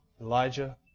Elijah